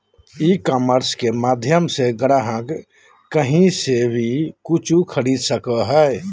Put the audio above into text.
ई commerce के माध्यम से ग्राहक काही से वी कूचु खरीदे सको हइ